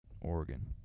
Oregon